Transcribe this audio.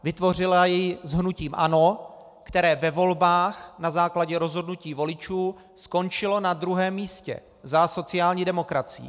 Vytvořila ji s hnutím ANO, které ve volbách na základě rozhodnutí voličů skončilo na druhém místě za sociální demokracií.